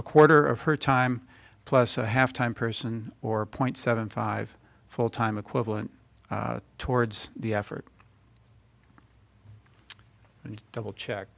a quarter of her time plus a half time person or point seven five full time equivalent towards the effort and double check